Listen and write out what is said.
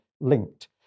linked